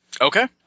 Okay